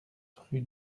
rue